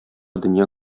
дөнья